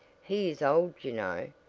he is old you know,